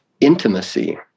intimacy